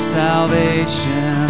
salvation